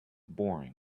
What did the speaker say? boring